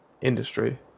industry